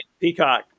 Peacock